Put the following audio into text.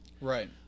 right